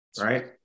Right